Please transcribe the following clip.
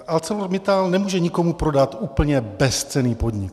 ArcelorMittal nemůže nikomu prodat úplně bezcenný podnik.